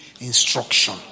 instruction